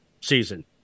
season